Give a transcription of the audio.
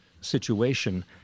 situation